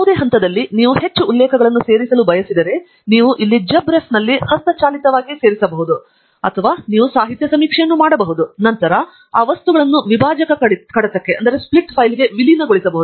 ಯಾವುದೇ ಹಂತದಲ್ಲಿ ನೀವು ಹೆಚ್ಚು ಉಲ್ಲೇಖಗಳನ್ನು ಸೇರಿಸಲು ಬಯಸಿದರೆ ನೀವು ಇಲ್ಲಿ ಜಬ್ರ್ಫೆಫ್ನಲ್ಲಿ ಹಸ್ತಚಾಲಿತವಾಗಿ ಸೇರಿಸಬಹುದು ಅಥವಾ ನೀವು ಸಾಹಿತ್ಯ ಸಮೀಕ್ಷೆಯನ್ನು ಮಾಡಬಹುದು ಮತ್ತು ನಂತರ ಆ ವಸ್ತುಗಳನ್ನು ವಿಭಾಜಕ ಕಡತಕ್ಕೆ ವಿಲೀನಗೊಳಿಸಬಹುದು